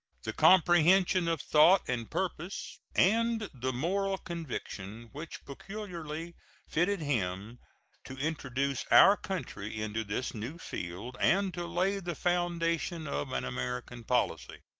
the comprehension of thought and purpose, and the moral convictions which peculiarly fitted him to introduce our country into this new field and to lay the foundation of an american policy.